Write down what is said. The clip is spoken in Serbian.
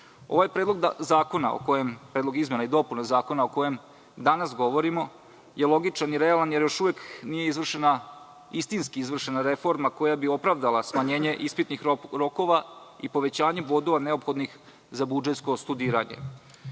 predlog izmena i dopuna zakona o kojem danas govorimo je logičan i realan jer još uvek nije izvršena istinski reforma koja bi opravdala smanjenje ispitnih rokova i povećanje bodova neophodnih za budžetsko studiranje,